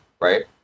right